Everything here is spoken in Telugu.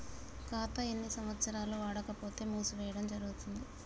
ఖాతా ఎన్ని సంవత్సరాలు వాడకపోతే మూసివేయడం జరుగుతుంది?